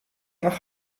nach